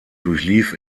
durchlief